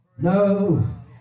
No